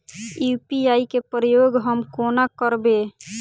UPI केँ प्रयोग हम कोना करबे?